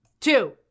two